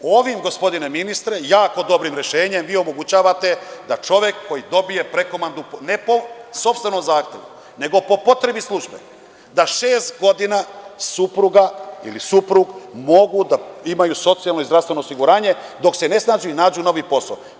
Ovim gospodine ministre, jako dobrim rešenjem, vi omogućavate da čovek koji dobije prekomandu, ne po sopstvenom zahtevu, nego po potrebi službe, da šest godina supruga ili suprug mogu da imaju socijalno i zdravstveno osiguranje, dok se ne snađu i nađu novi posao.